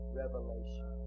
revelation